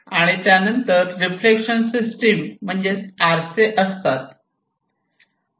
त्यानंतर reflection system म्हणजेच आरसे असतात